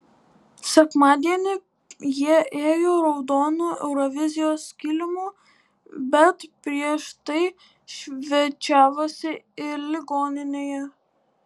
sekmadienį jie ėjo raudonu eurovizijos kilimu bet prieš tai svečiavosi ir ligoninėje